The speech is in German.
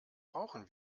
brauchen